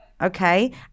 Okay